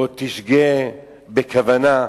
או תשגה בכוונה,